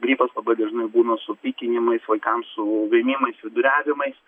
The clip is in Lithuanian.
gripas labai dažnai būna su pykinimais vaikam su vėmimais viduriavimais